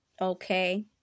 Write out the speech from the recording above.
Okay